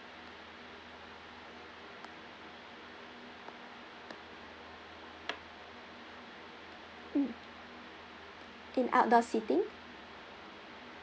mm in outdoor seating